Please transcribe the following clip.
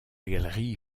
galerie